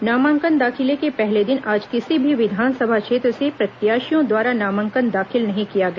नामांकन दाखिले के पहले दिन आज किसी भी विधानसभा क्षेत्र से प्रत्याशियों द्वारा नामांकन दाखिल नहीं किया गया